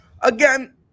again